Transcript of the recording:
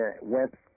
went